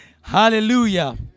Hallelujah